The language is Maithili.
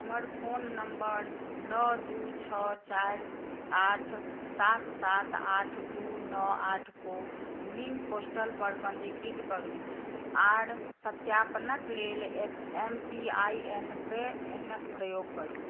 हमर फोन नंबर नओ दू छओ चारि आठ सात सात आठ दू नओ आठ को विन पोर्टलपर पञ्जीकृत करू आर सत्यापनक लेल एम पी आइ एन के एन क प्रयोग करू